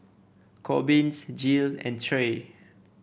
Corbin Jiles and Trae